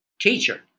teacher